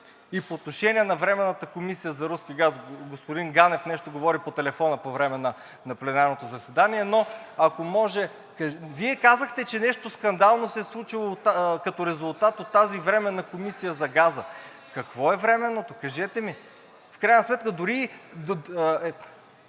И по отношение на Временната комисия за руски газ. Господин Ганев нещо говори по телефона по време на пленарното заседание, но ако може – Вие казахте, че нещо скандално се е случило като резултат от тази временна комисия за газа. ДЕЛЯН ДОБРЕВ (ГЕРБ-СДС, от място): Е, как да